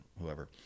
whoever